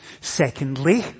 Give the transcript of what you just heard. Secondly